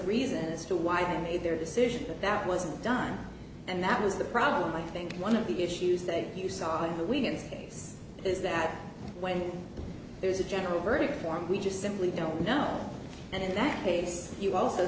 reason as to why they made their decision that that wasn't done and that was the problem i think one of the issues that you saw on the weekends case is that when there's a general verdict form we just simply don't know and in that case you also